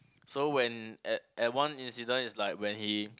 so when at at one incident is like when he